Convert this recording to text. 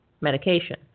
medication